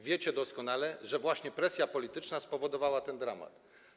Wiecie doskonale, że właśnie presja polityczna spowodowała ten dramat.